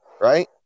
right